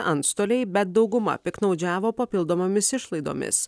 antstoliai bet dauguma piktnaudžiavo papildomomis išlaidomis